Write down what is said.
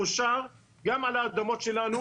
זה אושר גם על האדמות שלנו.